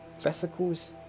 vesicles